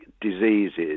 diseases